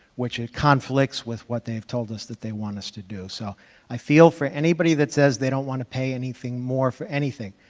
which conflicts with what they've told us that they want us to do, so i feel for anybody that says they don't want to pay anything more for anything.